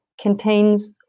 contains